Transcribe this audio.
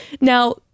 Now